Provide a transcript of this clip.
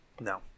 No